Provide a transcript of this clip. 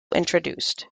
introduced